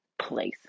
place